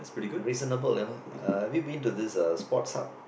reasonable uh have you been to this uh Sports Hub